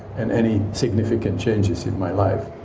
and any significant changes in my life.